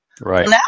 Right